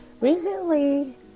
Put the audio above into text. recently